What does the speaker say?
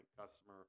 customer